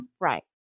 Right